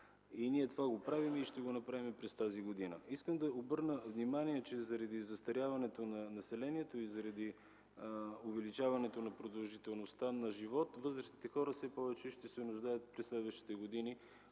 Ние правим това и ще го направим през тази година. Искам да обърна внимание, че заради застаряването на населението и заради увеличаването продължителността на живота, възрастните хора през следващите години